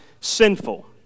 sinful